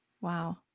Wow